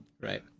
right